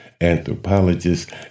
anthropologists